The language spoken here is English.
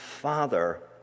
Father